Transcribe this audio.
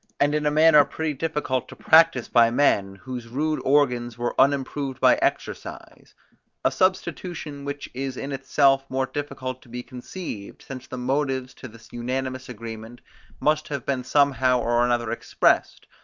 and in a manner pretty difficult to practise by men, whose rude organs were unimproved by exercise a substitution, which is in itself more difficult to be conceived, since the motives to this unanimous agreement must have been somehow or another expressed,